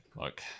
Look